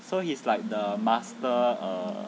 so he's like the master err